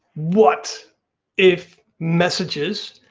what if messages,